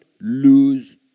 lose